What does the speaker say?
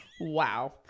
Wow